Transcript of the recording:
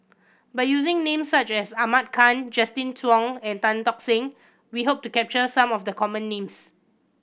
by using names such as Ahmad Khan Justin Zhuang and Tan Tock Seng we hope to capture some of the common names